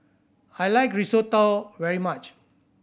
I like Risotto very much